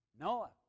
Noah